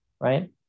right